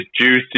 juicy